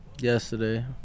Yesterday